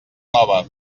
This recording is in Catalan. nova